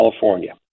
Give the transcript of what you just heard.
California